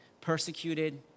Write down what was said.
Persecuted